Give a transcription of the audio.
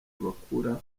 bakura